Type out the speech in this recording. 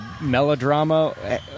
melodrama